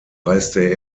reiste